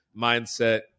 mindset